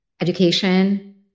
education